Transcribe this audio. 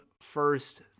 first